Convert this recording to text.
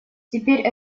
теперь